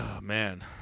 man